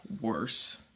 worse